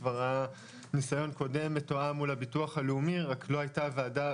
כבר הניסיון קודם מתואם מול הביטוח הלאומי רק לא הייתה ועדה,